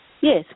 Yes